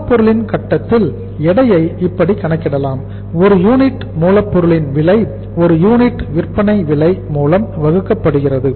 மூலப்பொருளின் கட்டத்தில் எடையை இப்படி கணக்கிடலாம் ஒரு யூனிட் மூலப் பொருளின் விலை ஒரு யூனிட் விற்பனை விலை மூலம் வகுக்கப்படுகிறது